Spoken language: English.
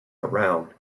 around